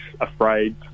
afraid